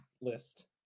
list